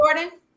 Jordan